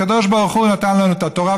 הקדוש ברוך הוא נתן לנו את התורה,